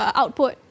output